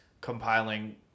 compiling